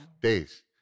days